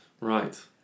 Right